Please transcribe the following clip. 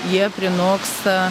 jie prinoksta